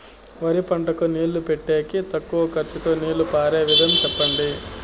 వరి పంటకు నీళ్లు పెట్టేకి తక్కువ ఖర్చుతో నీళ్లు పారే విధం చెప్పండి?